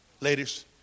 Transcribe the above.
ladies